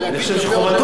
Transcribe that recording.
חובתו של הרמטכ"ל,